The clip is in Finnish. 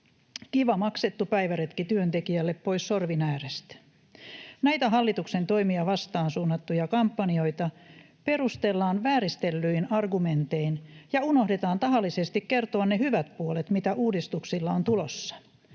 kiva maksettu päiväretki työntekijälle pois sorvin äärestä. Näitä hallituksen toimia vastaan suunnattuja kampanjoita perustellaan vääristellyin argumentein ja unohdetaan tahallisesti kertoa ne hyvät puolet, mitä uudistuksilla on tulossa,